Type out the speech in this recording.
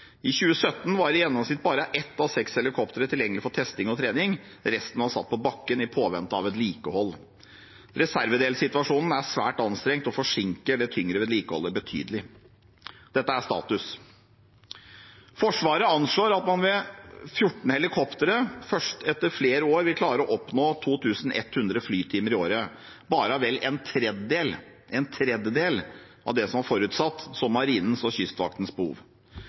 I 2017 var i gjennomsnitt bare ett av seks helikoptre tilgjengelig for testing og trening, resten var satt på bakken i påvente av vedlikehold. Reservedelssituasjonen er svært anstrengt og forsinker det tyngre vedlikeholdet betydelig. Dette er status. Forsvaret anslår at man med 14 helikoptre først etter flere år vil klare å oppnå 2 100 flytimer i året, bare vel en tredjedel – en tredjedel – av det som var forutsatt som Marinens og Kystvaktens behov.